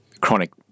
chronic